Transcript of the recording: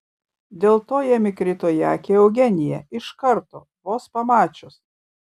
dėl to jam įkrito į akį eugenija iš karto vos pamačius